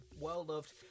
well-loved